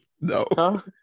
no